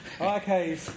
Okay